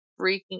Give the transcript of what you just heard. freaking